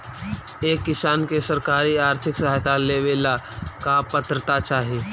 एक किसान के सरकारी आर्थिक सहायता लेवेला का पात्रता चाही?